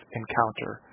encounter